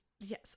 Yes